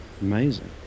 Amazing